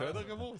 בסדר גמור.